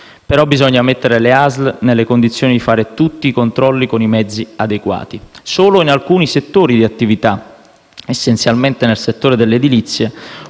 Però, bisogna mettere le ASL nelle condizioni di fare tutti i controlli con i mezzi adeguati. Solo in alcuni settori di attività, essenzialmente nel settore dell'edilizia,